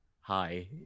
hi